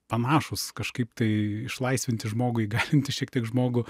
panašūs kažkaip tai išlaisvinti žmogų įgalinti šiek tiek žmogų